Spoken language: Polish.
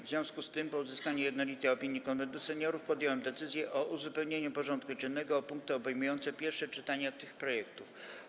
W związku z tym, po uzyskaniu jednolitej opinii Konwentu Seniorów, podjąłem decyzję o uzupełnieniu porządku dziennego o punkty obejmujące pierwsze czytania tych projektów.